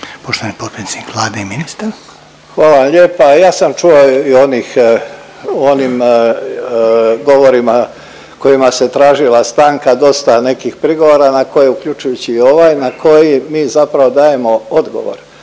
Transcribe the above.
**Božinović, Davor (HDZ)** Hvala vam lijepo. Ja sam čuo i onih u onim govorima kojima se tražila stanka dosta nekih prigovora na koje uključujući i ovaj na koji mi zapravo dajemo odgovor.